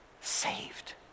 Saved